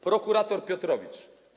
Prokurator Piotrowicz.